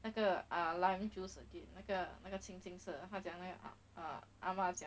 那个 uh lime juice a bit 那个那个青青色的他讲他要买 uh 啊嘛讲